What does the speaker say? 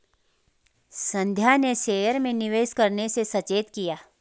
संध्या ने शेयर में निवेश करने से सचेत किया